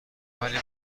ولی